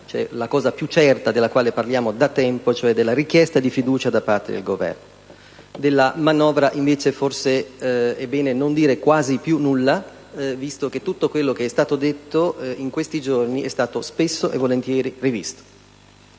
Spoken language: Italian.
la cosa più certa della quale parliamo da tempo, cioè della richiesta di fiducia da parte del Governo. Della manovra, invece, forse è bene non dire quasi più nulla, dal momento che tutto quanto è stato detto in questi giorni è stato spesso e volentieri rivisto.